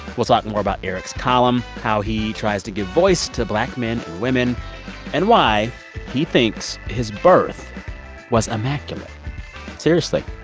we'll talk more about eric's column, how he tries to give voice to black men and women and why he thinks his birth was immaculate seriously.